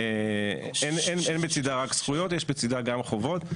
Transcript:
אין בצדה רק זכויות, יש בצדה גם חובות,